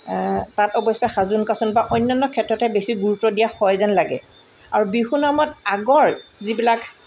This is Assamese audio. তাত অৱশ্যে সাজোন কাচোন বা অন্যান্য ক্ষেত্ৰতহে বেছি গুৰুত্ব দিয়া হয় যেন লাগে আৰু বিহু নামত আগৰ যিবিলাক